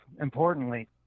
importantly